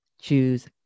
choose